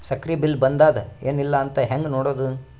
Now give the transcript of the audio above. ಸಕ್ರಿ ಬಿಲ್ ಬಂದಾದ ಏನ್ ಇಲ್ಲ ಅಂತ ಹೆಂಗ್ ನೋಡುದು?